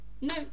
No